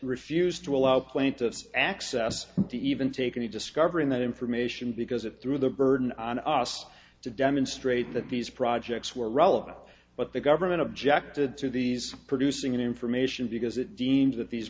refused to allow plaintiffs access to even taken to discovering that information because it threw the burden on us to demonstrate that these projects were relevant but the government objected to these producing information because it seems that these